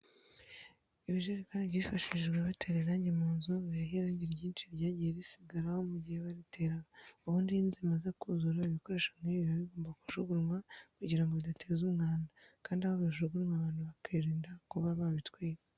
Ibijerekani byifashishijwe batera irange mu nzu biriho irange ryinshi ryagiye risigaraho mu gihe bariteraga, ubundi iyo inzu imaze kuzura ibikoresho nk'ibi biba bigomba kujugunywa kugira ngo bidateza umwanda, kandi aho bijugunywe abantu bakirinda kuba babitwika.